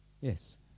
Yes